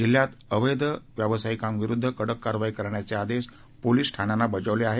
जिल्ह्यात अवैध व्यवसायांविरूध्द कडक कारवाई करण्याचे आदेश पोलिस ठाण्यांना बजावले आहेत